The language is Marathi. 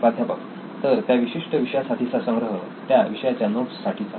प्राध्यापक तर त्या विशिष्ट विषयासाठीचा संग्रह त्या विषयाच्या नोट्स साठीचा